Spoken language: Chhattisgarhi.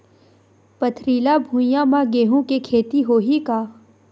पथरिला भुइयां म गेहूं के खेती होही का?